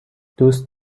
دوست